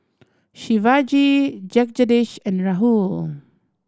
Shivaji and Rahul